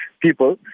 people